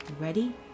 Ready